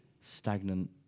stagnant